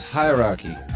hierarchy